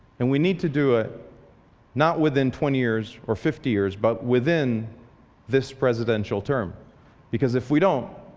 and we need to do it not within twenty years or fifty years, but within this presidential term because if we don't,